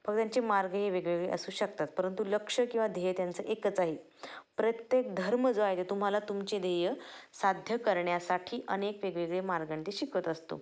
फग त्यांचे मार्ग हे वेगवेगळे असू शकतात परंतु लक्ष किंवा ध्येय त्यांचं एकच आहे प्रत्येक धर्म जो आहे ते तुम्हाला तुमचे ध्येय साध्य करण्यासाठी अनेक वेगवेगळे मार्गाने ते शिकवत असतो